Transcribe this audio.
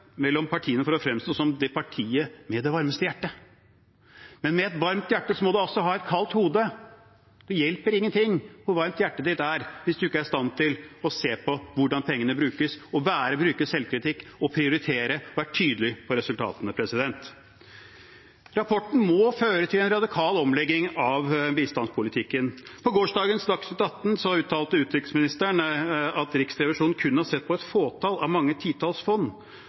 mellom partiene for å fremstå som partiet med det varmeste hjertet. Men med et varmt hjerte må man også ha et kaldt hode. Det hjelper ingenting hvor varmt hjertet er, hvis man ikke er i stand til å se på hvordan pengene brukes, bruke selvkritikk, prioritere og være tydelig på resultatene. Rapporten må føre til en radikal omlegging av bistandspolitikken. I gårsdagens Dagsnytt 18 uttalte utviklingsministeren at Riksrevisjonen kun har sett på et fåtall av mange titalls fond,